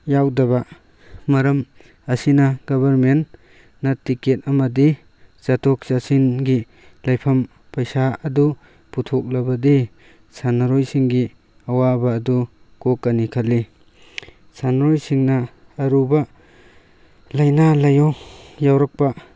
ꯌꯥꯎꯗꯕ ꯃꯔꯝ ꯑꯁꯤꯅ ꯒꯚꯔꯟꯃꯦꯟꯅ ꯇꯤꯛꯀꯦꯠ ꯑꯃꯗꯤ ꯆꯠꯊꯣꯛ ꯆꯠꯁꯤꯟꯒꯤ ꯂꯩꯐꯝ ꯄꯩꯁꯥ ꯑꯗꯨ ꯄꯨꯊꯣꯛꯂꯕꯗꯤ ꯁꯥꯟꯅꯔꯣꯏꯁꯤꯡꯒꯤ ꯑꯋꯥꯕ ꯑꯗꯨ ꯀꯣꯛꯀꯅꯤ ꯈꯜꯂꯤ ꯁꯥꯟꯅꯔꯣꯏꯁꯤꯡꯅ ꯑꯔꯨꯕ ꯂꯩꯅꯥ ꯂꯥꯏꯌꯣꯡ ꯌꯥꯎꯔꯛꯄ